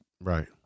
right